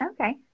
Okay